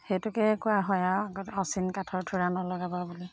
সেইটোকে কোৱা হয় আৰু আগত অচিন কাঠৰ থোৰা নলগাবা বুলি